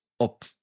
up